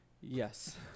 Yes